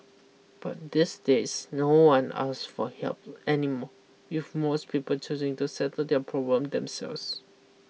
but these days no one ask for help anymore if most people choosing to settle their problem themselves